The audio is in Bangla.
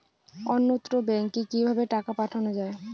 অন্যত্র ব্যংকে কিভাবে টাকা পাঠানো য়ায়?